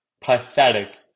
Pathetic